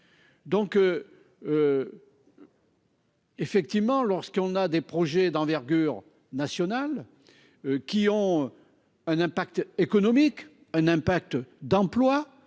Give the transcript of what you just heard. Donc. Effectivement, lorsqu'on a des projets d'envergure nationale. Qui ont. Un impact économique un impact d'emploi